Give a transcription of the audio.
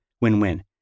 Win-win